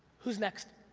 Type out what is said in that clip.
who's next?